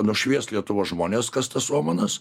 nušviest lietuvos žmones kas tas omanas